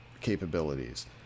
capabilities